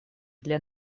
для